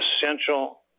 essential